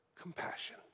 compassion